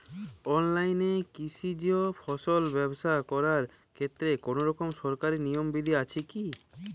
অনলাইনে কৃষিজ ফসল ব্যবসা করার ক্ষেত্রে কোনরকম সরকারি নিয়ম বিধি আছে কি?